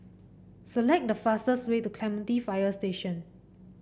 select the fastest way to Clementi Fire Station